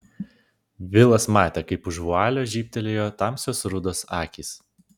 vilas matė kaip už vualio žybtelėjo tamsios rudos akys